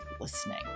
listening